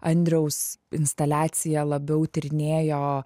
andriaus instaliacija labiau tyrinėjo